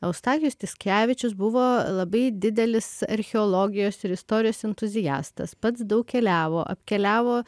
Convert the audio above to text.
eustachijus tiškevičius buvo labai didelis archeologijos ir istorijos entuziastas pats daug keliavo apkeliavo